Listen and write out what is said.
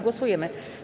Głosujemy.